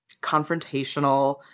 confrontational